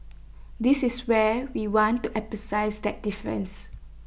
this is where we want to emphasise that difference